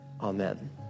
Amen